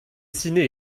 dessinés